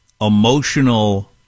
emotional